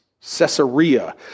Caesarea